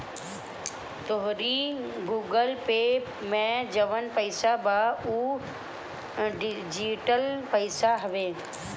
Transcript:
तोहरी Google Pay में जवन पईसा बा उ डिजिटल पईसा हवे